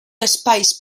espais